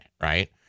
right